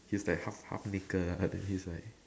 he's like half half naked and he's like